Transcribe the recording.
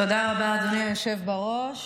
תודה רבה, אדוני היושב-ראש.